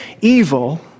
evil